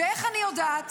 איך אני יודעת?